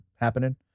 happening